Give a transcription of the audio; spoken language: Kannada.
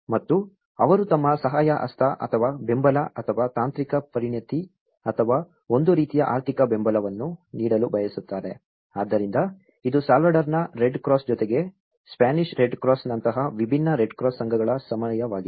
ಮತ್ತು ಅವರು ತಮ್ಮ ಸಹಾಯ ಹಸ್ತ ಅಥವಾ ಬೆಂಬಲ ಅಥವಾ ತಾಂತ್ರಿಕ ಪರಿಣತಿ ಅಥವಾ ಒಂದು ರೀತಿಯ ಆರ್ಥಿಕ ಬೆಂಬಲವನ್ನು ನೀಡಲು ಬಯಸುತ್ತಾರೆ ಆದ್ದರಿಂದ ಇದು ಸಾಲ್ವಡೋರಾನ್ ರೆಡ್ ಕ್ರಾಸ್ ಜೊತೆಗೆ ಸ್ಪ್ಯಾನಿಷ್ ರೆಡ್ ಕ್ರಾಸ್ನಂತಹ ವಿಭಿನ್ನ ರೆಡ್ ಕ್ರಾಸ್ ಸಂಘಗಳ ಸಮಯವಾಗಿದೆ